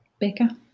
Becca